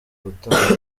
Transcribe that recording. gutanga